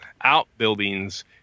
outbuildings